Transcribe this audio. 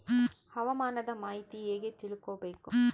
ಹವಾಮಾನದ ಮಾಹಿತಿ ಹೇಗೆ ತಿಳಕೊಬೇಕು?